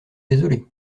désolé